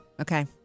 Okay